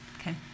Okay